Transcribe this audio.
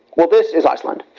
well this is iceland.